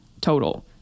total